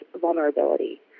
vulnerability